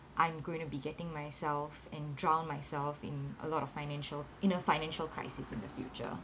I'm going to be getting myself and drown myself in a lot of financial in a financial crisis in the future